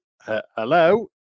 hello